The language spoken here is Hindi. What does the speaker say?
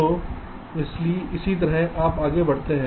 तो इसी तरह से आप आगे बढ़ते हैं